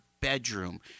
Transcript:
bedroom